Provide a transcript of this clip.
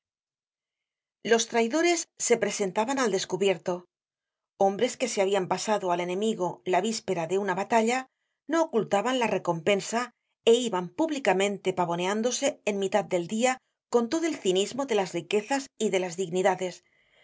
los traidores se presentaban al descubierto hombres que se habian pasado al enemigo la víspera de una batalla no ocultaban la recompensa é iban públicamente pavoneándose en mitad del dia con todo el cinismo de las riquezas y de las dignidades